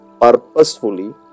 purposefully